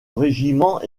régiment